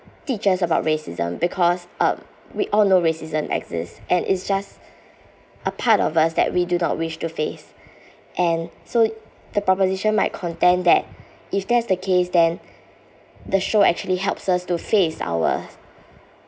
teach us about racism because uh we all know racism exists and it's just a part of us that we do not wish to face and so the proposition might contend that if that's the case then the show actually helps us to face our